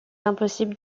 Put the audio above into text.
impossible